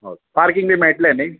parking बी मेळटले न्ही